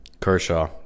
Kershaw